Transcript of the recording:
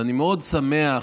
ואני מאוד שמח